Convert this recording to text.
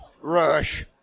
Rush